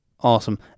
Awesome